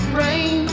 rain